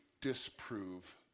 disprove